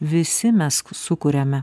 visi mes sukuriame